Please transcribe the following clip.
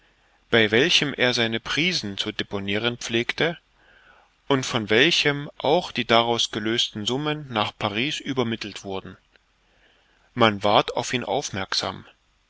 bei welchem er seine prisen zu deponiren pflegte und von welchem auch die daraus gelösten summen nach paris übermittelt wurden man ward auf ihn aufmerksam